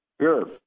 Sure